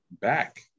back